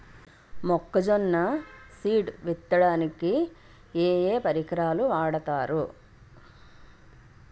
మొక్కజొన్న సీడ్ విత్తడానికి ఏ ఏ పరికరాలు వాడతారు?